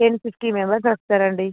ten fifty members వస్తారు అండి